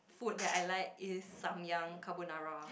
food that I like is Samyang carbonara